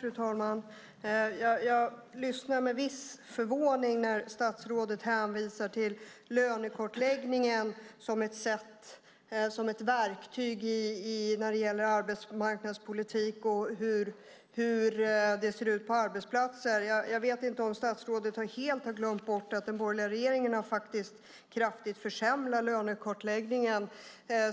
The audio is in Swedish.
Fru talman! Det är med viss förvåning jag hör statsrådet hänvisa till lönekartläggningen som ett verktyg när det gäller arbetsmarknadspolitik och hur det ser ut på arbetsplatserna. Jag vet inte om statsrådet helt har glömt att den borgerliga regeringen kraftigt har försämrat lönekartläggningen